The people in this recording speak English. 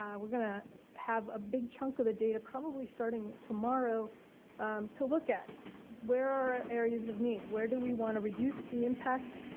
um we're going to have a big chunk of the day probably starting tomorrow to look at where are areas of need? where do we want to reduce the impact.